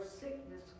Sickness